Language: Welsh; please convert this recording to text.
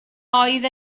oedd